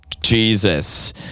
Jesus